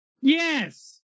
Yes